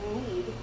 need